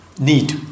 need